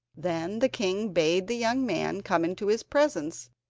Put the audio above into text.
then the king bade the young man come into his presence,